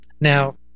now